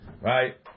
right